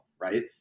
Right